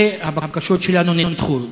והבקשות שלנו נדחו.